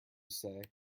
say